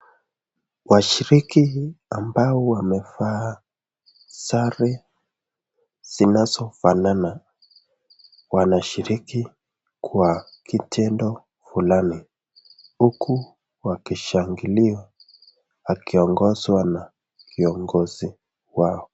Washiriki ambao wamevaa sare zinazofanana wanashiriki kwa kitendo fulani huku wakishangiliwa akiongozwa na kiongozi wao.